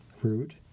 root